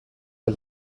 del